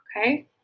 Okay